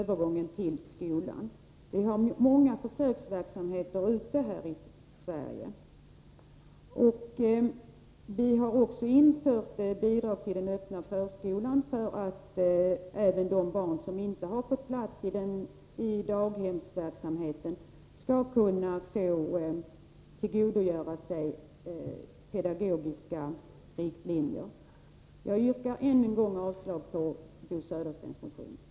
Och det pågår många försöksverksamheter ute i landet. Vi har också infört bidrag till den öppna förskolan för att även de barn som inte har fått någon plats inom ramen för daghemsverksamheten skall kunna tillgodogöra sig pedagogiska riktlinjer. Jag yrkar än en gång avslag på Bo Söderstens motion.